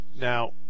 Now